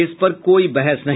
इस पर कोई बहस नहीं